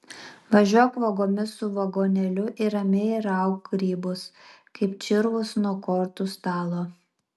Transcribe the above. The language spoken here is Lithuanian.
važiuok vagomis su vagonėliu ir ramiai rauk grybus kaip čirvus nuo kortų stalo